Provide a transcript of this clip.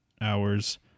hours